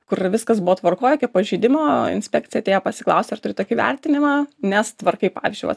kur viskas buvo tvarkoj jokio pažeidimo inspekcija atėjo pasiklaust ar turi tokį vertinimą nes tvarkai pavyzdžiui vat